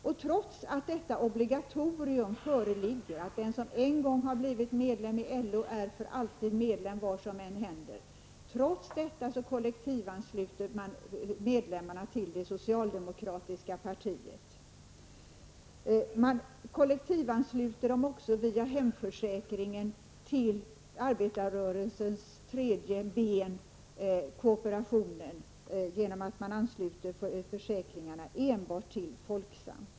Och trots att detta obligatorium föreligger, att den som en gång har blivit medlem i LO för alltid är medlem, vad som än händer, kollektivansluter man medlemmarna till det socialdemokratiska partiet. Man kollektivansluter dem också via hemförsäkringen till arbetarrörelsens tredje ben, kooperationen, genom att försäkringarna enbart tecknas i Folksam.